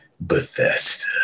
bethesda